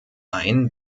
ein